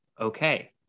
okay